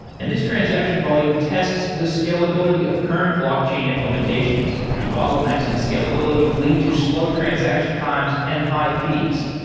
and this transaction volume tests the scalability of current blockchain implementations. the bottlenecks and scalability lead to slow transaction times and high fees.